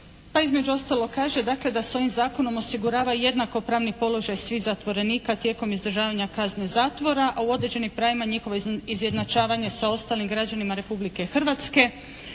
između ostalog kaže da se ovim zakonom osigurava jednakopravni položaj svih zatvorenika tijekom izdržavanja kazne zatvora a u određenim pravima njihovo izjednačavanje sa ostalim građanima Republike Hrvatske,